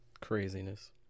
Craziness